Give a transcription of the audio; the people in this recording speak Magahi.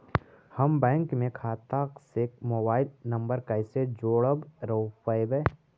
हम बैंक में खाता से मोबाईल नंबर कैसे जोड़ रोपबै?